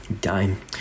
Dime